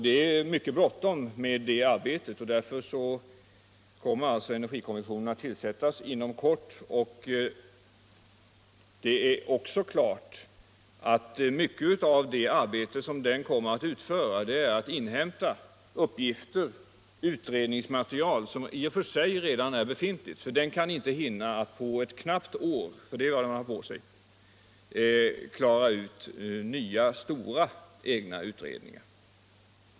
Det är mycket bråttom med det arbetet, och därför kommer energikommissionen att tillsättas inom kort. Mycket av dess arbete kommer att bestå i att inhämta uppgifter och ta fram utredningsmaterial som redan finns — den kan naturligtvis inte hinna att på ett knappt år göra stora egna utredningar.